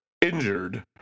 injured